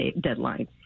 deadline